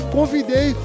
Convidei